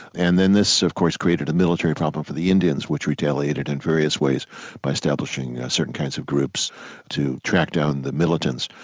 and then this of course created a military problem for the indians, which retaliated in various ways by establishing certain kinds of groups to track down the militants.